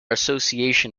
association